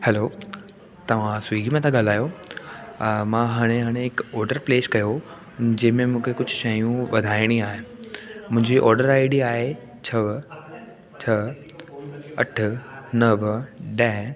हलो तव्हां स्विगी मां था ॻाल्हायो मां हाणे हाणे हिकु ऑडर प्लेस कयो जंहिं में मूंखे कुझु शयूं वधाइणी आहे मुंहिंजी ऑडर आई डी आहे छह छह अठ नव ॾह